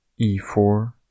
E4